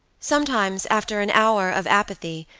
sometimes after an hour of apathy,